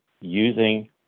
using